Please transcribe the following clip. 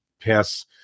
pass